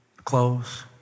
Clothes